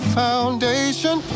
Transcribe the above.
foundation